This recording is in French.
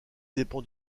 dépend